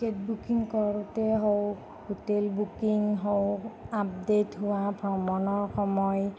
ticket booking কৰোতেই হওক hotel booking হওক আপদেট হোৱা ভ্ৰমণৰ সময়